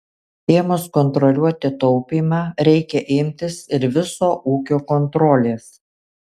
ėmus kontroliuoti taupymą reikia imtis ir viso ūkio kontrolės